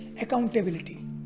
accountability